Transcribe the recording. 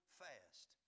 fast